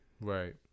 Right